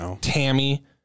Tammy